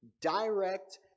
direct